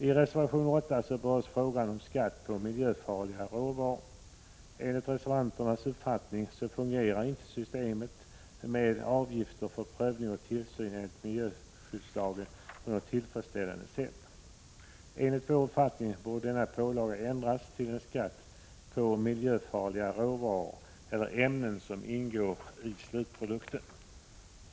I reservation 6 berörs frågan om skatt på miljöfarliga råvaror. Enligt reservanternas uppfattning fungerar inte systemet med avgifter för prövning och tillsyn enligt miljöskyddslagen på ett tillfredsställande sätt. Enligt vår uppfattning borde denna pålaga ändras till en skatt på miljöfarliga råvaror eller ämnen som ingår i slutprodukten.